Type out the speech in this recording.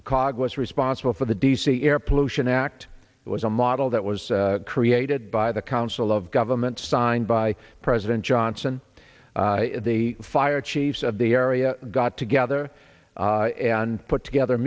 cog was responsible for the d c air pollution act it was a model that was created by the council of government signed by president johnson the fire chiefs of the area got together and put together a